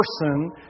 person